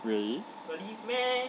really